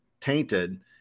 tainted